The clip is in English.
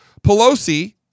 Pelosi